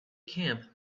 camp